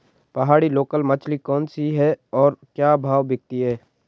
पहाड़ी लोकल मछली कौन सी है और क्या भाव बिकती है?